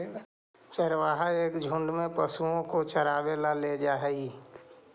चरवाहा एक झुंड में पशुओं को चरावे ला ले जा हई